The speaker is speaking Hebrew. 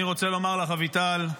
אני רוצה לומר לך, אביטל,